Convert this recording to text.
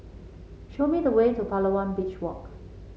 show me the way to Palawan Beach Walk